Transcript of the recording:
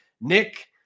Nick